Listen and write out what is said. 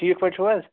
ٹھیٖک پٲٹھۍ چھُو حظ